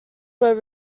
were